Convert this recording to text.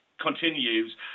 continues